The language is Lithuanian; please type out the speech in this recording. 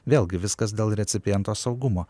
vėlgi viskas dėl recipiento saugumo